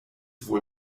wohl